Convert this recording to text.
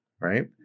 right